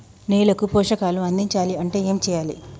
నేలకు పోషకాలు అందించాలి అంటే ఏం చెయ్యాలి?